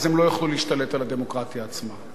אז הם לא יוכלו להשתלט על הדמוקרטיה עצמה.